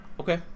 Okay